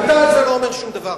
אתה על זה לא אומר שום דבר.